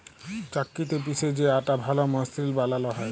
চাক্কিতে পিসে যে আটা ভাল মসৃল বালাল হ্যয়